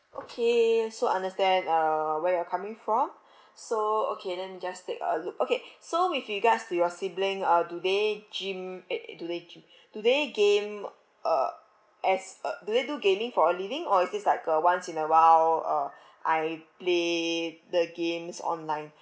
okay so understand uh where you're coming from so okay let me just take a look okay so with regards to your sibling uh do they gym eh eh do they gym do they game uh as uh do they do gaming for a living or is this like uh once in a while uh I play the games online